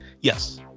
Yes